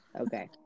Okay